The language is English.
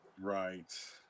Right